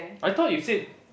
I thought you said